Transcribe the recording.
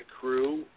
crew